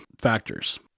factors